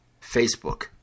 facebook